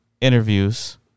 interviews